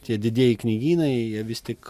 tie didieji knygynai jie vis tik